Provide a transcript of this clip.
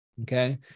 Okay